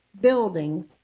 building